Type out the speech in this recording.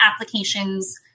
applications